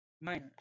minors